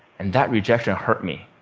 and that rejection hurt me.